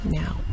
now